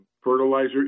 fertilizer